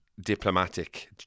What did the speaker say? diplomatic